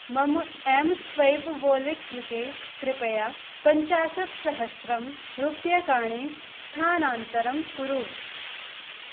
मम M swipe wallet कृते कृपया पञ्चाशत्सहस्रं रूप्यकाणि स्थानान्तरं कुरु